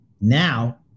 now